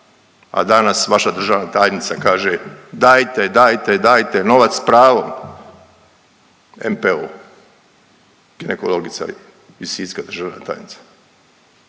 a danas vaša državna tajnica kaže dajte, dajte, dajte novac s pravom MPO-u, ginekologica iz Siska, državna tajnica.